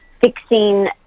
fixing